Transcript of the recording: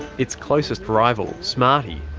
its closest rival, smarty,